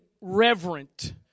reverent